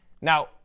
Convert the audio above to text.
now